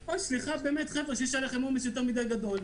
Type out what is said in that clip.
סליחה באמת, חבר'ה, שיש עליכם עומס יותר מדי גדול,